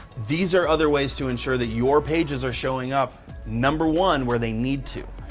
these are other ways to ensure that your pages are showing up number one where they need to.